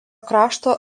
krašto